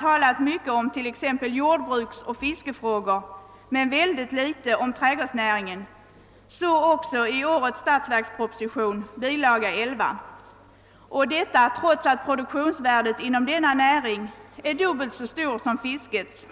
talar mycket om t.ex. jordbruksoch fiskefrågor men mycket litet om trädgårdsnäringen, så också i årets statsverksproposition, och detta trots att denna närings produktionsvärde är dubbelt så stort som fiskets.